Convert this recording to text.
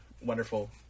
wonderful